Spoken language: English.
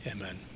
Amen